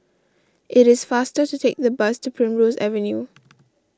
it is faster to take the bus to Primrose Avenue